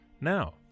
Now